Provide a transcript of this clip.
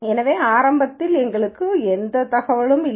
எனவே ஆரம்பத்தில் எங்களுக்கு எந்த தகவலும் இல்லை